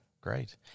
great